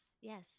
yes